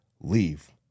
Leave